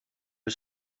was